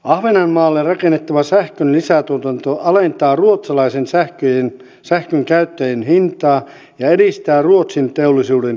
ahvenanmaalle rakennettava sähkön lisätuotanto alentaa ruotsalaisten sähkönkäyttäjien hintaa ja edistää ruotsin teollisuuden kilpailukykyä